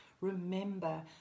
remember